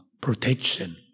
protection